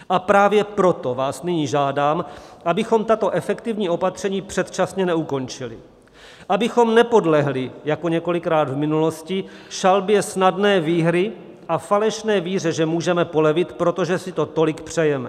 A právě proto vás nyní žádám, abychom tato efektivní opatření předčasně neukončili, abychom nepodlehli jako několikrát v minulosti šalbě snadné výhry a falešné víře, že můžeme polevit, protože si to tolik přejeme.